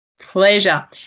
pleasure